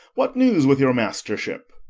what news with your mastership?